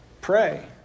pray